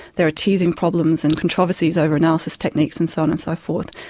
there are teething problems and controversies over analysis techniques and so on and so forth.